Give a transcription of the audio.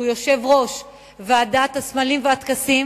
שהוא יושב-ראש ועדת הסמלים והטקסים,